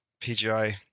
PGI